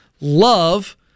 Love